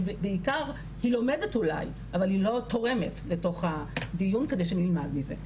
בעיקר היא לומדת אולי אבל היא לא תורמת לתוך הדיון כדי שנלמד את זה.